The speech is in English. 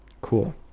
Cool